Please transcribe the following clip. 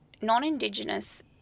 non-Indigenous